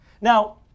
Now